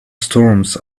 storms